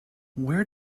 where